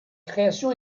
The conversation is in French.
création